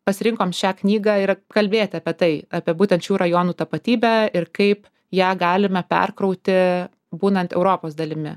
pasirinkom šią knygą ir kalbėt apie tai apie būtent šių rajonų tapatybę ir kaip ją galime perkrauti būnant europos dalimi